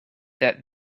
that